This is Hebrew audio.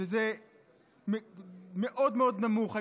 שזה מאוד מאוד נמוך,